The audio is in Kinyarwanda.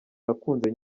nakunze